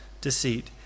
deceit